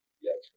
Yes